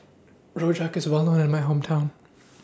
Rojak IS Well known in My Hometown